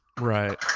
Right